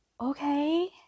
okay